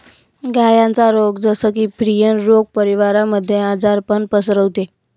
गायांचा रोग जस की, प्रियन रोग परिवारामध्ये आजारपण पसरवते